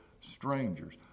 Strangers